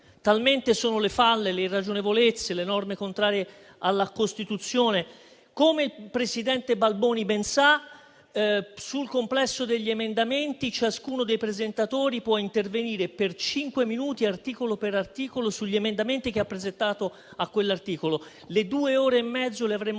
tante sono le falle, le irragionevolezze e le norme contrarie alla Costituzione. Come il presidente Balboni ben sa, sul complesso degli emendamenti ciascuno dei presentatori può intervenire per cinque minuti, articolo per articolo, sugli emendamenti che ha presentato a quell'articolo; le due ore e mezzo le avremmo quasi